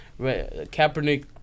Kaepernick